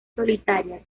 solitarias